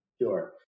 Sure